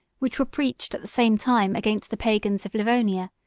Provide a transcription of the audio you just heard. which were preached at the same time against the pagans of livonia,